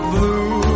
Blue